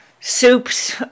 soups